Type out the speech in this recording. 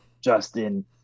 Justin